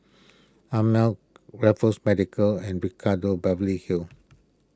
Ameltz Raffles Medical and Ricardo Beverly Hills